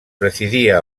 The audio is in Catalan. presidia